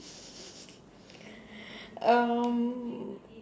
um